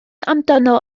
amdano